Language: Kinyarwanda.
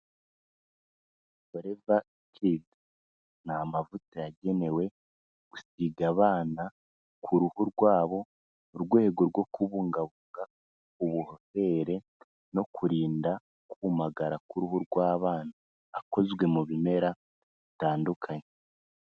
Foreva kidi. Ni amavuta yagenewe gusiga abana ku ruhu rwabo, mu rwego rwo kubungabunga uburere no kurinda kumagara k'uruhu rw'abana. Akozwe mu bimera bitandukanye.